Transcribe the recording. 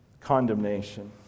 condemnation